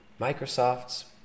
Microsoft's